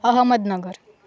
Ahmednagar